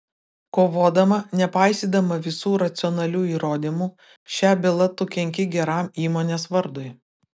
kovodama nepaisydama visų racionalių įrodymų šia byla tu kenki geram įmonės vardui